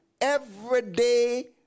everyday